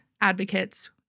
advocates